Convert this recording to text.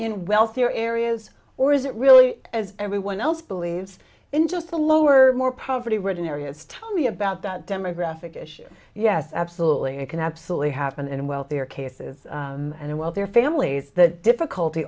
in wealthier areas or is it really as everyone else believes in just the lower more poverty ridden areas tell me about that demographic issue yes absolutely i can absolutely happen in wealthier cases and while there are families that difficulty